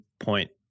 point